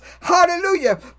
hallelujah